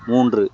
மூன்று